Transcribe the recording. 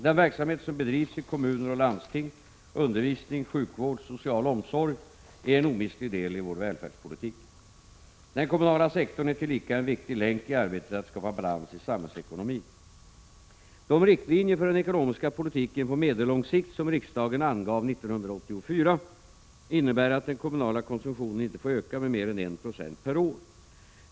Den verksamhet som bedrivs i kommuner och landsting — undervisning, sjukvård, social omsorg — är en omistlig del i vår välfärdspolitik. Den kommunala sektorn är tillika en viktig länk i arbetet på att skapa balans i samhällsekonomin. De riktlinjer för den ekonomiska politiken på medellång sikt som riksdagen angav 1984 innebär att den kommunala konsumtionen inte får öka med mer än 1 96 per år.